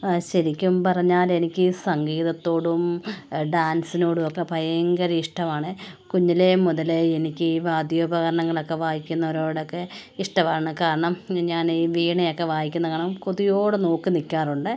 ആ ശരിക്കും പറഞ്ഞാൽ എനിക്ക് ഈ സംഗീതത്തോടും ഡാൻസിനോടും ഒക്കെ ഭയങ്കര ഇഷ്ടമാണ് കുഞ്ഞിലേ മുതലേ എനിക്ക് ഈ വാദ്യോപകരണങ്ങളൊക്കെ വായിക്കുന്നവരോടൊക്കെ ഇഷ്ടമാണ് കാരണം ഞാൻ ഈ വീണയൊക്കെ വായിക്കുന്ന കാണാൻ കൊതിയോടെ നോക്കി നിൽക്കാറുണ്ട്